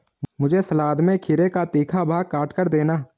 मुझे सलाद में खीरे का तीखा भाग काटकर देना